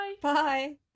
Bye